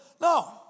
no